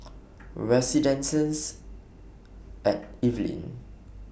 Residences At Evelyn